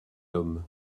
homme